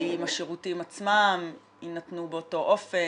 האם השירותים עצמם יינתנו באותו אופן?